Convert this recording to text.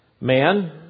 man